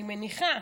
אני מניחה,